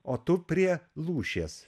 o tu prie lūšies